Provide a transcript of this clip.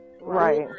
right